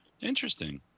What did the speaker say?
Interesting